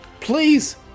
please